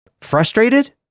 Frustrated